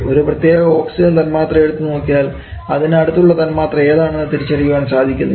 ഒരു പ്രത്യേക ഓക്സിജൻ തന്മാത്ര എടുത്തു നോക്കിയാൽ അതിനു അടുത്തുള്ള തന്മാത്ര ഏതാണെന്ന് തിരിച്ചറിയാൻ സാധിക്കുന്നില്ല